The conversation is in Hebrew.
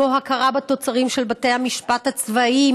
כמו הכרה בתוצרים של בתי המשפט הצבאיים